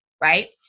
right